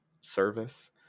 service